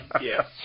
Yes